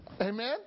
Amen